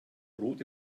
rot